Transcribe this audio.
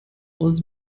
aus